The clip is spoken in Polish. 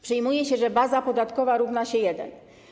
Przyjmuje się, że baza podatkowa równa się jeden.